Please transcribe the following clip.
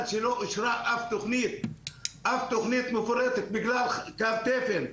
שלא אושרה אף תכנית מפורטת בגלל קו תפן,